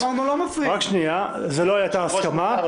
זו לא הייתה ההסכמה.